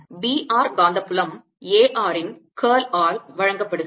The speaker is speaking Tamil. B r காந்தப்புலம் A r இன் curl ஆல் வழங்கப்படுகிறது